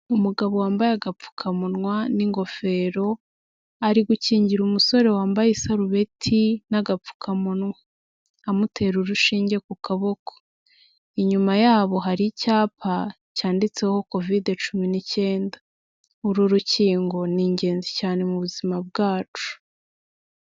Umugabo wambaye agapfukamunwa n'ingofero, ari gukingira umusore wambaye isarubeti n'agapfukamunwa, amutera urushinge ku kaboko. Inyuma yabo hari icyapa cyanditseho Kovide cumi n'icyenda. Uru rukingo ni ingenzi cyane mu buzima bwacu.